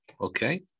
Okay